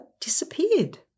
Disappeared